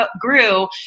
grew